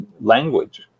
language